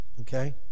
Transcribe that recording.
Okay